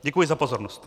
Děkuji za pozornost.